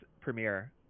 premiere